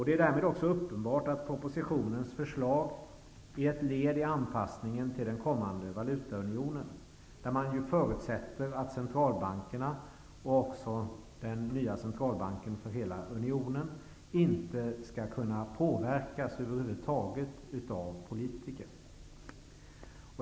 Det är därmed också uppenbart att propositionens förslag är ett led i anpassningen till den kommande valutaunionen, där man förutsätter att centralbankerna och den nya centralbanken för hela unionen inte över huvud taget skall kunna påverkas av politiker.